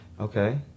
Okay